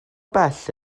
bell